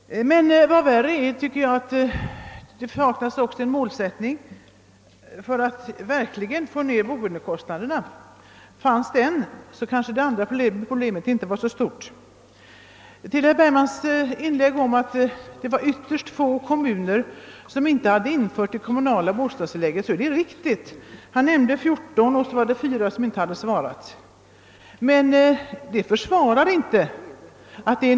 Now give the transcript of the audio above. Men värre är att det också saknas en målsättning för att få ned boendekostnaderna. Om den målsättningen fanns och kunde uppnås, kanske det andra problemet inte var så stort. Sedan sade herr Bergman att det är ytterst få kommuner som inte har infört det kommunala bostadstillägget. Detta är riktigt. Herr Bergman nämnde 14 sådana kommuner, och dessutom var det fyra som inte hade svarat.